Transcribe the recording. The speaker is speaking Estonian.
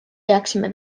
peaksime